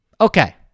Okay